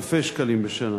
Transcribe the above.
אלפי שקלים בשנה.